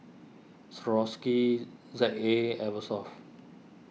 Swarovski Z A Eversoft